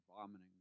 vomiting